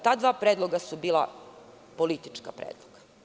Ta dva predloga su bila politička predloga.